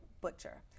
Butcher